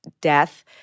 death